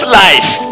life